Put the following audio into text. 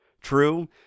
True